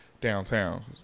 downtown